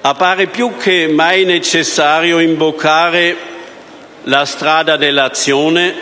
Appare più che mai necessario imboccare la strada dell'azione